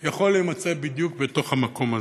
יכול להימצא בדיוק בתוך המקום הזה.